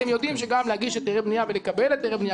אתם יודעים שגם להגיש היתרי בנייה ולקבל היתרי בנייה,